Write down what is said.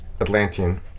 Atlantean